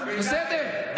בסדר?